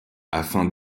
afin